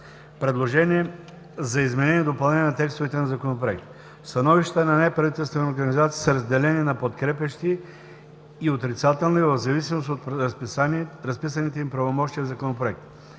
предложения за изменение и допълнение на текстовете на Законопроекта. Становищата на неправителствените организации са разделени на подкрепящи и отрицателни, в зависимост от разписание им правомощия в Законопроекта.